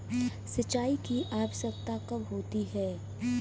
सिंचाई की आवश्यकता कब होती है?